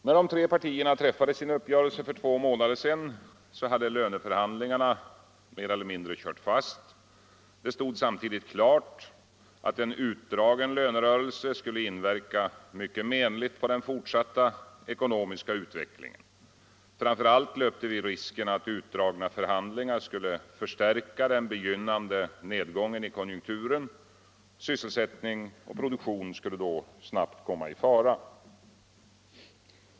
När de tre partierna träffade sin uppgörelse för två månader sedan hade löneförhandlingarna mer eller mindre kört fast. Det stod samtidigt klart att en utdragen lönerörelse skulle inverka mycket menligt på den fortsatta ekonomiska utvecklingen. Framför allt löpte vi risken att utdragna förhandlingar skulle förstärka den begynnande nedgången i konjunkturen. Sysselsättning och produktion skulle då snabbt komma i fara.